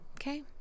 okay